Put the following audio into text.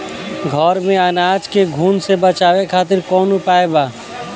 घर में अनाज के घुन से बचावे खातिर कवन उपाय बा?